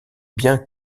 bien